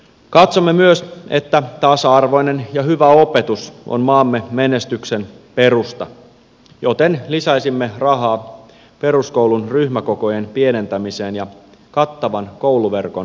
katsomme myös että tasa arvoinen ja hyvä opetus on maamme menestyksen perusta joten lisäisimme rahaa peruskoulun ryhmäkokojen pienentämiseen ja kattavan kouluverkon ylläpitoon